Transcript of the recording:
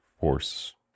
force